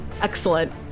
Excellent